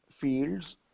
fields